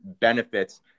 benefits